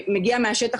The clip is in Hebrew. שמגיע מהשטח,